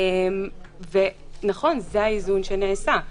זה האיזון שנעשה.